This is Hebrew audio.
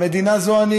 המדינה זה אני.